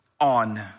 on